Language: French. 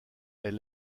est